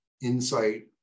insight